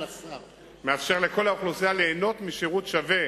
מאפשר לכל האוכלוסייה ליהנות משירות שווה